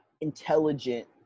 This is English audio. Intelligent